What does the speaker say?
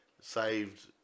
saved